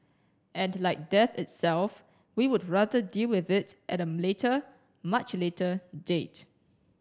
and like death itself we would rather deal with it at a later much later date